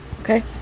okay